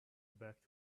back